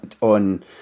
on